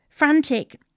Frantic